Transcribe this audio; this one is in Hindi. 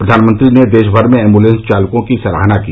प्रधानमंत्री ने देशमर के एम्बुलेंस चालकों की सराहना की